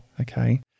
Okay